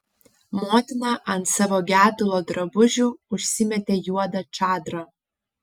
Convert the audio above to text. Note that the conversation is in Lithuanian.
motina ant savo gedulo drabužių užsimetė juodą čadrą